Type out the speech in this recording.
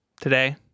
today